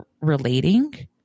relating